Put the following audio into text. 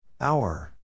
Hour